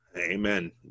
Amen